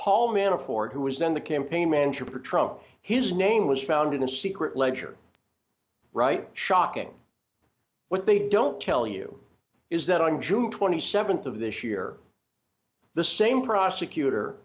paul mann a ford who was then the campaign manager for trump his name was found in a secret ledger right shocking what they don't tell you is that on june twenty seventh of this year the same prosecutor